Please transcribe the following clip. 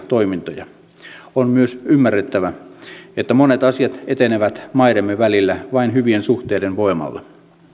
toimintoihin on myös ymmärrettävä että monet asiat etenevät maidemme välillä vain hyvien suhteiden voimalla